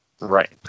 Right